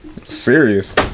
Serious